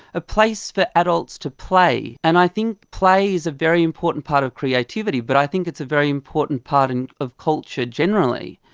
a place for adults to play. and i think play is a very important part of creativity, but i think it's a very important part and of culture generally.